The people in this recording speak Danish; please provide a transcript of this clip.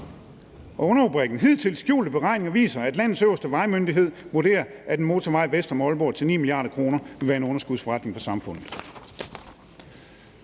underrubrikken går: »Hidtil ukendte beregninger viser, at landets øverste vejmyndighed vurderer, at en motorvej vest om Aalborg til ni milliarder kroner vil være en underskudsforretning for samfundet.«